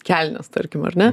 kelnes tarkim ar ne